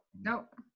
nope